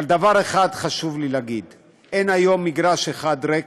אבל דבר אחד חשוב לי להגיד: אין היום מגרש אחד ריק,